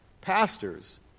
pastors